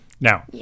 Now